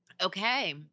Okay